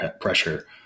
pressure